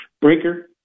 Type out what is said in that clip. Breaker